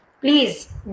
Please